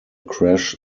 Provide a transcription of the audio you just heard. crash